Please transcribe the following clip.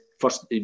First